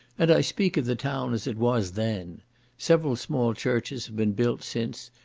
and i speak of the town as it was then several small churches have been built since,